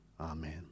Amen